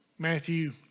Matthew